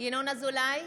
ינון אזולאי,